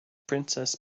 princess